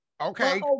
Okay